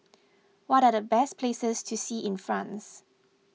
what are the best places to see in France